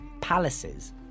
palaces